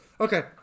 okay